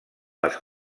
les